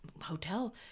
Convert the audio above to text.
hotel